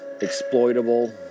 exploitable